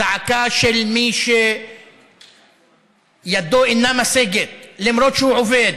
זעקה של מי שידו אינה משגת למרות שהוא עובד,